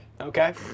Okay